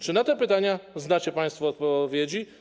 Czy na te pytania znacie państwo odpowiedzi?